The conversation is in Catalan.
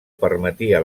permetia